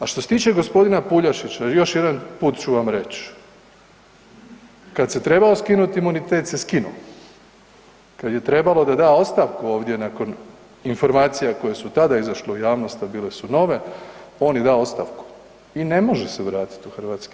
A što se tiče g. Puljašića, još jedan put ću vam reć, kad se trebao skinut imunitet se skinuo, kad je trebalo da da ostavku ovdje nakon informacija koje su tada izašle u javnost, a bile su nove, on je dao ostavku i ne može se vratit u HS.